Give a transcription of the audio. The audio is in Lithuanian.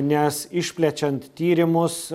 nes išplečiant tyrimus